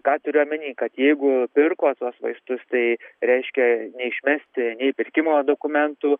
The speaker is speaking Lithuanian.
ką turiu omeny kad jeigu pirko tuos vaistus tai reiškia neišmesti nei pirkimo dokumentų